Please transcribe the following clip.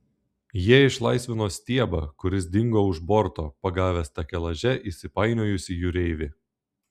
jie išlaisvino stiebą kuris dingo už borto pagavęs takelaže įsipainiojusį jūreivį